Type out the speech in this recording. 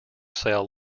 sale